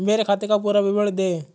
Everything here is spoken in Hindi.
मेरे खाते का पुरा विवरण दे?